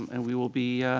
and we will be.